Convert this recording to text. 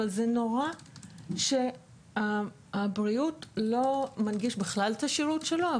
אבל זה נורא שהבריאות לא מנגיש בכלל את השירות שלו.